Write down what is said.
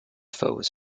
foes